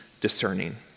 discerning